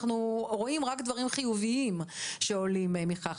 אנחנו רואים רק דברים חיוביים שעולים מכך.